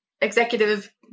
executive